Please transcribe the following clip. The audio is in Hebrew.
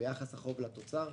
ביחס החוב לתוצר,